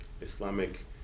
Islamic